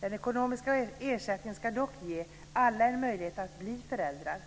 Den ekonomiska ersättningen ska dock ge alla en möjlighet att bli föräldrar.